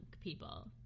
people